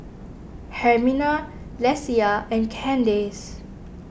Hermina Lesia and Candace